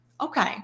Okay